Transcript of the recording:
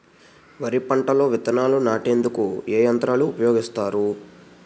వరి పంటలో విత్తనాలు నాటేందుకు ఏ యంత్రాలు ఉపయోగిస్తారు?